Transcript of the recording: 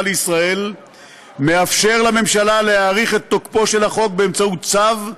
לישראל מאפשר לממשלה להאריך את תוקפו של החוק באמצעות צו,